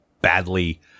badly